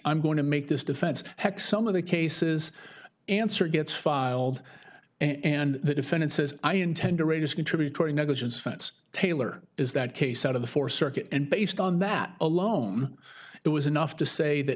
i'm going to make this defense heck some of the cases answer gets filed and the defendant says i intend to raise contributory negligence fits taylor is that case out of the four circuit and based on that alone it was enough to say that